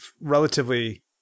relatively